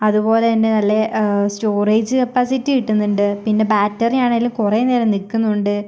അതുപോലെ തന്നെ നല്ല സ്റ്റോറേജ് കപ്പാസിറ്റി കിട്ടുന്നുണ്ട് പിന്നെ ബാറ്ററിയാണെങ്കിലും കുറേ നേരം നിൽക്കുന്നുണ്ട്